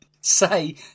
say